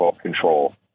control